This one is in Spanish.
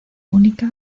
única